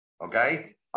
Okay